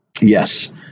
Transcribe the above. Yes